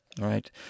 Right